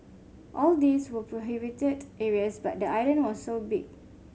all these were prohibited areas but the island was so big